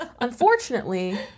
Unfortunately